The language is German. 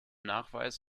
nachweis